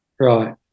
right